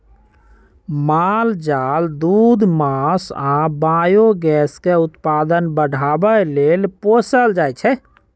माल जाल दूध मास आ बायोगैस के उत्पादन बढ़ाबे लेल पोसल जाइ छै